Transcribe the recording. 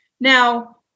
Now